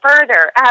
further